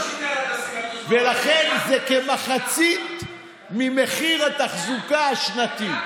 זה כמחצית ממחיר התחזוקה השנתי.